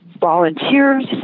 volunteers